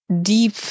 deep